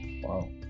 Wow